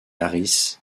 harris